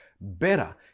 better